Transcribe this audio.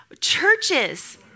churches